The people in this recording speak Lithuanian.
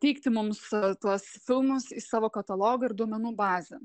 teikti mums tuos filmus į savo katalogą ir duomenų bazę